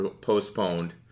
postponed